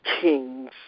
kings